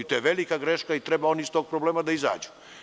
To je velika greška i treba oni iz tog problema da izađu.